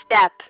step